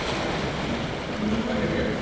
right. right can we. here we go.